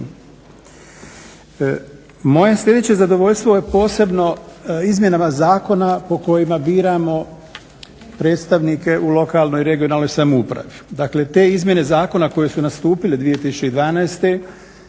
Moje sljedeće zadovoljstvo je posebno izmjenama zakona po kojima biramo predstavnike u lokalnoj regionalnoj samoupravi.